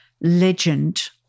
legend